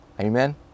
amen